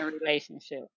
Relationship